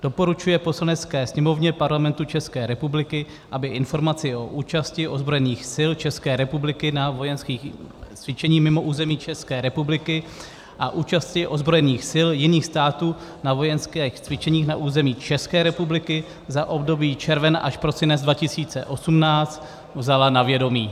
Doporučuje Poslanecké sněmovně Parlamentu České republiky, aby informaci o účasti ozbrojených sil České republiky na vojenských cvičeních mimo území České republiky a účasti ozbrojených sil jiných států na vojenských cvičeních na území České republiky za období červen až prosinec 2018 vzala na vědomí.